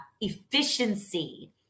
efficiency